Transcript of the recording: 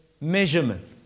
measurement